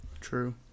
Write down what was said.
true